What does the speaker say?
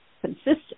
consistent